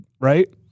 Right